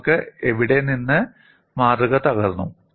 നിങ്ങൾക്ക് എവിടെ നിന്ന് മാതൃക തകർന്നു